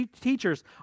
teachers